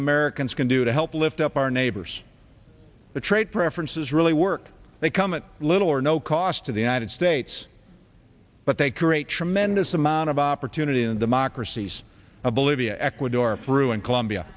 americans can do to help lift up our neighbors the trade preferences really work they come at little or no cost to the united states but they create tremendous amount of opportunity in democracies of bolivia ecuador frewen colombia